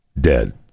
dead